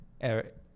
Eric